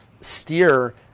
steer